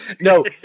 no